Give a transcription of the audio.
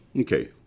okay